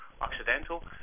Occidental